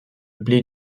blé